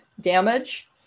damage